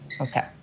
Okay